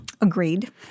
Agreed